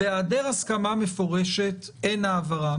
בהיעדר הסכמה מפורשת אין העברה.